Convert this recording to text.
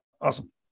awesome